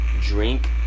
drink